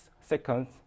seconds